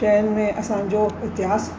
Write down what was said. शयुनि में असांजो इतिहासु